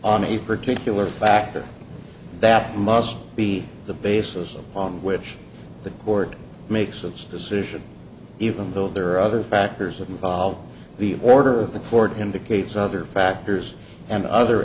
on a particular factor that must be the basis upon which the court makes of this decision even though there are other factors involved the order of the court indicates other factors and other